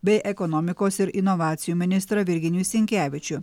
bei ekonomikos ir inovacijų ministrą virginijų sinkevičių